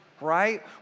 right